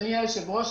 אדוני היושב-ראש,